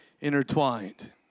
intertwined